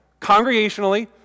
Congregationally